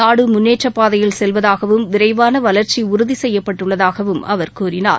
நாடு முன்னேற்றப்பாதையில் செல்வதாகவும் விரைவான வளர்ச்சி உறுதி செய்யப்பட்டுள்ளதாகவும் அவர் கூறினார்